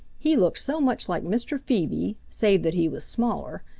he looked so much like mr. phoebe, save that he was smaller,